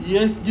Yes